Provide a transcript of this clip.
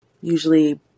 usually